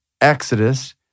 Exodus